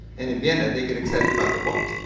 and in vienna, they get excited about the waltz,